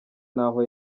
naho